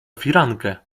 firankę